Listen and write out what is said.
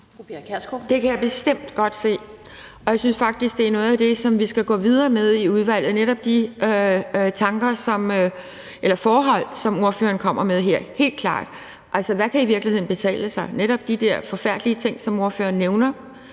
Det kan jeg bestemt godt se, og jeg synes faktisk, det er noget er det, som vi skal gå videre med i udvalget, netop de tanker eller forhold, som ordføreren kommer ind på her – helt klart. Altså, hvad kan i virkeligheden betale sig? Der er netop de der forfærdelige ting, som ordføreren nævner,